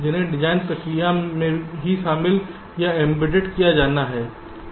जिन्हें डिज़ाइन प्रक्रिया में ही शामिल या एम्बेड किया जाना है